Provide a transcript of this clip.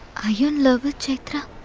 are you in love with chaitra?